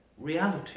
reality